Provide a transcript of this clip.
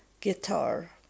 guitar